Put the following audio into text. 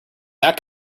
that